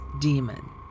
Demon